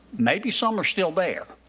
maybe some are still there,